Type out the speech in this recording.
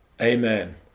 amen